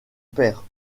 père